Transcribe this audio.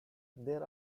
there